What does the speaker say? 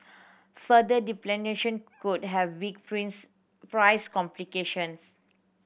further depletion could have big price implications